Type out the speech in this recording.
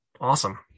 awesome